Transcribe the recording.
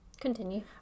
Continue